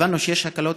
הבנו שיש הקלות,